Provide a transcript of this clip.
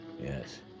Yes